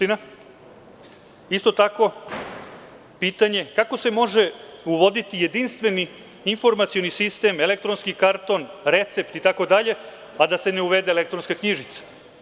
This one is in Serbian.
Isto tako, kako se može uvoditi jedinstveni informacioni sistem, elektronski karton, recept itd, a da se ne uvede elektronska knjižica?